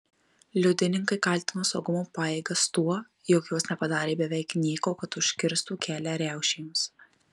liudininkai kaltino saugumo pajėgas tuo jog jos nepadarė beveik nieko kad užkirstų kelią riaušėms